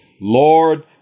Lord